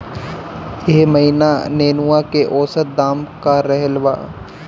एह महीना नेनुआ के औसत दाम का रहल बा?